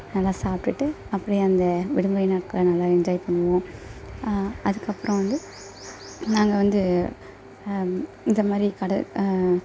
நல்லா சாப்பிட்டுட்டு அப்படியே அந்த விடுமுறை நாட்களை நல்லா என்ஜாய் பண்ணுவோம் அதுக்கப்புறம் வந்து நாங்கள் வந்து இந்த மாதிரி கடல்